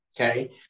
Okay